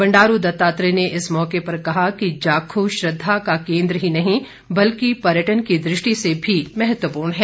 बंडारू दत्तात्रेय ने इस मौके पर कहा कि जाखू श्रद्वा का केन्द्र ही नहीं बल्कि पर्यटन की दृष्टि से भी महत्वपूर्ण है